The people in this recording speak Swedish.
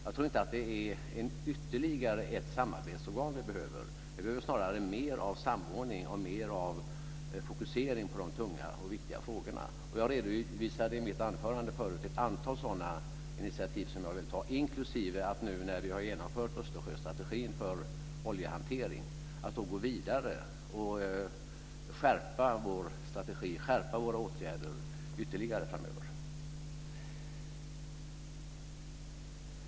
Jag tror inte att vi behöver ett ytterligare samarbetsorgan. Vi behöver snarare mer av samordning och mer av fokusering på de tunga och viktiga frågorna. Jag redovisade i mitt anförande ett antal sådana initiativ som jag vill ta inklusive att vi nu när vi har genomfört Östersjöstrategin för oljehantering måste gå vidare och skärpa våra åtgärder ytterligare framöver.